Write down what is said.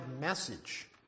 message